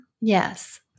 Yes